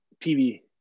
TV